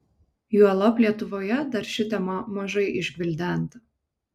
juolab lietuvoje dar ši tema mažai išgvildenta